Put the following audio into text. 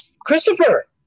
Christopher